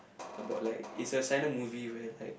about like is a silent movie where like